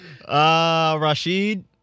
Rashid